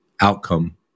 outcome